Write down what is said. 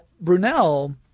Brunel